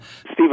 Steve